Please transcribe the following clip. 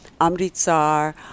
Amritsar